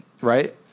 right